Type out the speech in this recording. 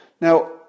Now